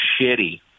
shitty